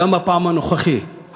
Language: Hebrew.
גם בפעם הנוכחית,